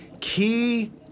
key